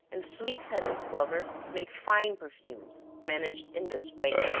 and sweet-scented clover, make fine perfumes, managed in this way.